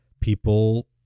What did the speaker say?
people